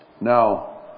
Now